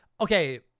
Okay